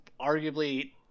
arguably